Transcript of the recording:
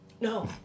No